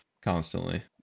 constantly